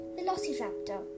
Velociraptor